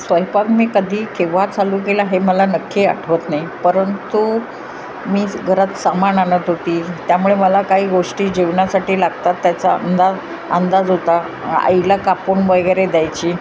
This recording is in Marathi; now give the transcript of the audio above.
स्वयंपाक मी कधी केव्हा चालू केला हे मला नक्की आठवत नाही परंतु मी घरात सामान आणत होती त्यामुळे मला काही गोष्टी जेवणासाठी लागतात त्याचा अंदा अंदाज होता आईला कापून वगैरे द्यायची